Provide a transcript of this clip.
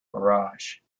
barrage